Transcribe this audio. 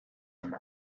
some